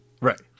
Right